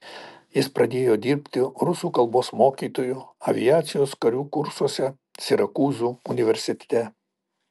jis pradėjo dirbti rusų kalbos mokytoju aviacijos karių kursuose sirakūzų universitete